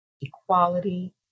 equality